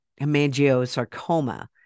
hemangiosarcoma